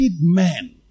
men